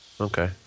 Okay